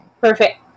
Perfect